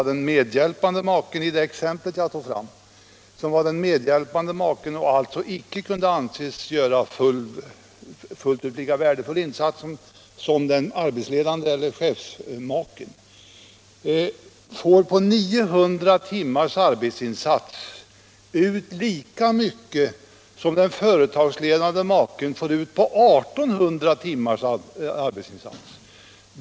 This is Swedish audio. Den medhjälpande maken i det exempel jag tog, som alltså icke kunde anses göra en lika värdefull insats som den arbetsledande maken, får då för 900 timmars arbetsinsats ut lika mycket pengar som den företagsledande maken får ut för sina arbetsinsatser under 1 800 timmar.